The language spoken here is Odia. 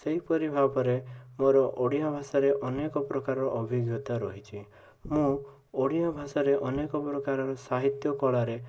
ସେହିପରି ଭାବରେ ମୋର ଓଡ଼ିଆ ଭାଷାରେ ଅନେକ ପ୍ରକାର ଅଭିଜ୍ଞତା ରହିଛି ମୁଁ ଓଡ଼ିଆ ଭାଷାରେ ଅନେକ ପ୍ରକାରର ସାହିତ୍ୟ କଳାରେ